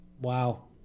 Wow